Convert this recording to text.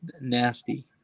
Nasty